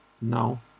now